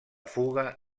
fuga